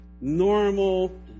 normal